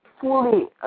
fully